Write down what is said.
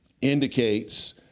indicates